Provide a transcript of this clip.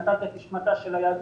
נטלת את נשמתה של היהדות.